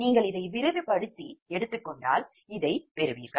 நீங்கள் இதை விரிவுபடுத்தி எடுத்துக் கொண்டால் இதைப் பெறுவீர்கள்